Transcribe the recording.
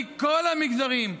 מכל המגזרים.